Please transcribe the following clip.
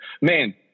man